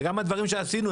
וגם הדברים שעשינו,